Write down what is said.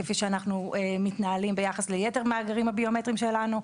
כפי שאנחנו מתנהלים ביחס ליתר המאגרים הביומטריים שלנו,